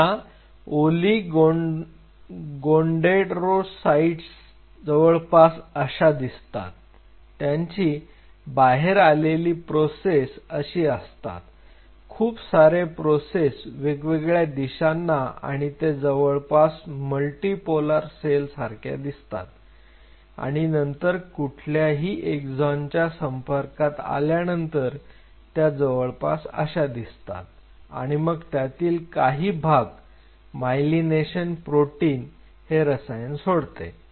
तर या ओलीगोडेंडरोसाईट जवळपास अशा दिसतात त्यांची बाहेर आलेली प्रोसेस अशी असतात खूप सारे प्रोसेस वेगवेगळ्या दिशांना आणि ते जवळपास मल्टी पोलार सेल सारख्या दिसतात आणि नंतर कुठल्याही एक्झानच्या संपर्कात आल्यानंतर त्या जवळपास अशा दिसतात आणि मग त्यातील काही भाग मायलिनेशन प्रोटीन हे रसायन सोडते